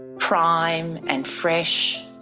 prime and fresh,